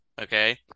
okay